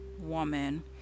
woman